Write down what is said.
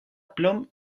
plom